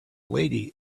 lady